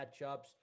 matchups